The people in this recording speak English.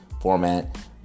format